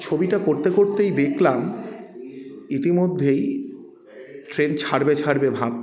ছবিটা করতে করতেই দেখলাম ইতিমধ্যেই ট্রেন ছাড়বে ছাড়বে ভাব